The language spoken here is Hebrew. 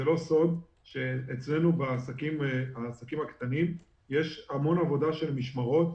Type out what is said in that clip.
זה לא סוד שאצלנו בעסקים הקטנים יש המון עבודה של משמרות,